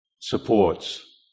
supports